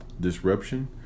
disruption